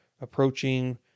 approaching